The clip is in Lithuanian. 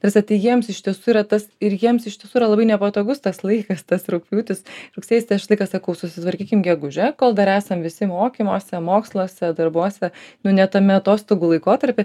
ta prasme tai jiems iš tiesų yra tas ir jiems iš tiesų yra labai nepatogus tas laikas tas rugpjūtis rugsėjis tai aš visą laiką sakau susitvarkykim gegužę kol dar esam visi mokymuose moksluose darbuose nu ne tame atostogų laikotarpy